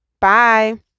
bye